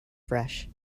fresh